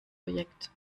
projekt